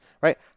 right